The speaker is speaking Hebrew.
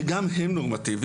שגם הם נורמטיביים,